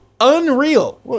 unreal